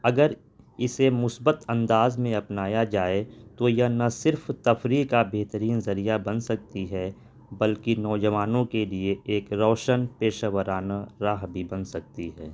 اگر اسے مثبت انداز میں اپنایا جائے تو نہ صرف تفریح کا بہترین ذریعہ بن سکتی ہے بلکہ نوجوانوں کے لیے ایک روشن پیشہ ورانہ راہ بھی بن سکتی ہے